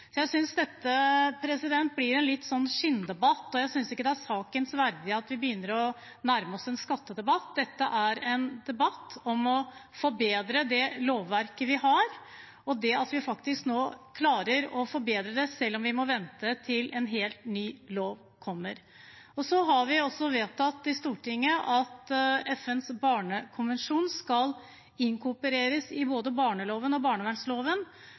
Jeg synes dette blir litt en skinndebatt, og jeg synes ikke det er saken verdig at vi begynner å nærme oss en skattedebatt. Dette er en debatt om å forbedre det lovverket vi har, og det at vi faktisk nå klarer å forbedre det, selv om vi må vente til en helt ny lov kommer. Så har vi også vedtatt i Stortinget at FNs barnekonvensjon skal inkorporeres i både barneloven og